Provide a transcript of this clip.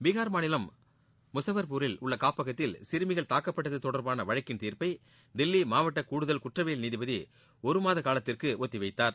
பீகார் மாநிலம் முசாஃபர்பூரில் உள்ள காப்பகத்தில் சிறுமிகள் தாக்கப்பட்டது தொடர்பான வழக்கின் தீர்ப்பை தில்லி மாவட்ட கூடுதல் குற்றவியல் நீதிபதி ஒரு மாத காலத்திற்கு ஒத்திவைத்தார்